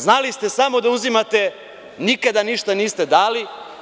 Znali ste samo da uzimate, nikada ništa niste dali.